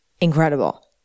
incredible